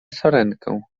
sarenkę